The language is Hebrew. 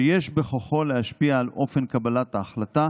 שיש בכוחו להשפיע על אופן קבלת ההחלטה,